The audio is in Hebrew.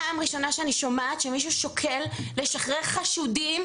פעם ראשונה שאני שומעת שמישהו שוקל לשחרר חשודים,